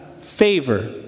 favor